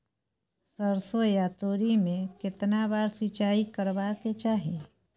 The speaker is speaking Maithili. सरसो या तोरी में केतना बार सिंचाई करबा के चाही?